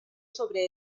sobre